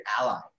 ally